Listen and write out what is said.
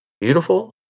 beautiful